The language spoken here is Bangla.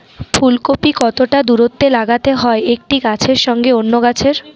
ফুলকপি কতটা দূরত্বে লাগাতে হয় একটি গাছের সঙ্গে অন্য গাছের?